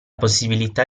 possibilità